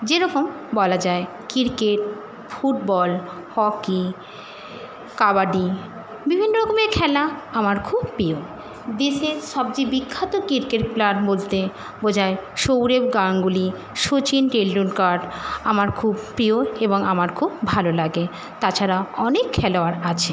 যেরকম বলা যায় ক্রিকেট ফুটবল হকি কাবাডি বিভিন্ন রকমের খেলা আমার খুব প্রিয় দেশের সবচেয়ে বিখ্যাত ক্রিকেট প্লেয়ার বলতে বোঝায় সৌরভ গাঙ্গুলী শচীন টেন্ডুলকার আমার খুব প্রিয় এবং আমার খুব ভালো লাগে তাছাড়া অনেক খেলোয়াড় আছে